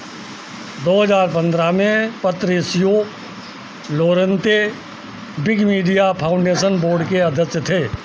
दो हज़ार पंद्रह में Patricio Lorente Wikimedia foundation board के अध्यक्ष थे